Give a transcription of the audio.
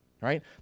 right